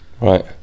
right